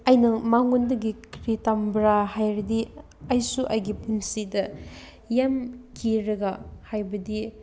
ꯑꯩꯅ ꯃꯉꯣꯟꯗꯒꯤ ꯀꯔꯤ ꯇꯝꯕ꯭ꯔꯥ ꯍꯥꯏꯔꯗꯤ ꯑꯩꯁꯨ ꯑꯩꯒꯤ ꯄꯨꯟꯁꯤꯗ ꯌꯥꯝ ꯀꯤꯔꯒ ꯍꯥꯏꯕꯗꯤ